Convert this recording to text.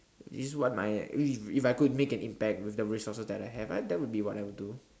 this is what my if if I could make an impact with the resources that I have that would be what I would do